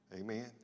Amen